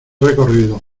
recorridos